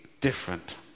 different